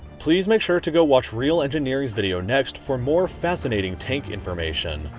please make sure to go watch realengineering's video next for more fascinating tank information.